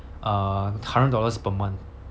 err hundred dollars per month